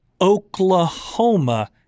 Oklahoma